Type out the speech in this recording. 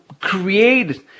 create